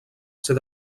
ser